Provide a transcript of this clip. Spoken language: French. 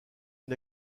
une